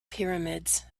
pyramids